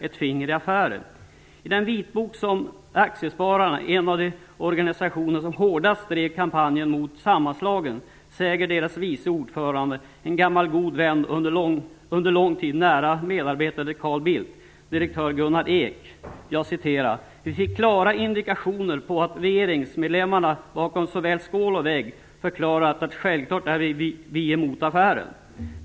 I en vitbok utgiven av Aktiespararna, en av de organisationer som hårdast drev kampanjen mot sammanslagningen, säger deras vice ordförande - en gammal god vän och under lång tid nära medarbetare till Carl Bildt - direktör Gunnar Ek: "Vi fick klara indikationer på att regeringsmedlemmar bakom såväl skål och vägg förklarat att självklart är vi emot affären."